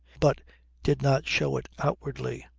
but did not show it outwardly.